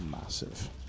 massive